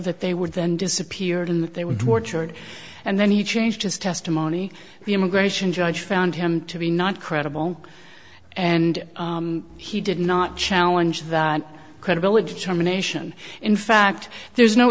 that they would then disappeared in that they were tortured and then he changed his testimony the immigration judge found him to be not credible and he did not challenge that credibility determination in fact there's no